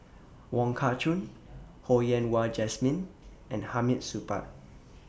Wong Kah Chun Ho Yen Wah Jesmine and Hamid Supaat